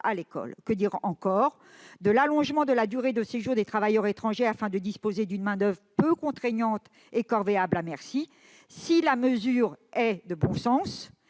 à l'école ? Que dire encore de l'allongement de la durée de séjour des travailleurs étrangers afin de disposer d'une main-d'oeuvre peu contraignante et corvéable à merci ? Si la mesure est de bon sens,